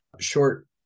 short